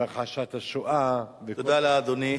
והכחשת השואה וכל, תודה לאדוני.